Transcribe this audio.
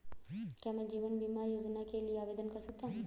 क्या मैं जीवन बीमा योजना के लिए आवेदन कर सकता हूँ?